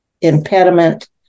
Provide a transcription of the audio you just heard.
impediment